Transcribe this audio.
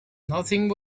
nothing